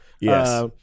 Yes